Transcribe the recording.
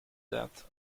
depth